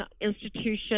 institution